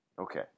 Okay